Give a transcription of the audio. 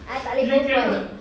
I tak boleh berbual